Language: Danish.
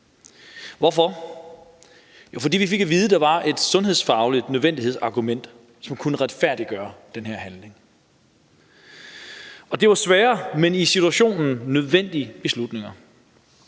Hvorfor? Fordi vi fik at vide, at der var et sundhedsfagligt nødvendighedsargument, som kunne retfærdiggøre den handling. Det var svære, men i situationen nødvendige beslutninger.